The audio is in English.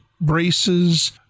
braces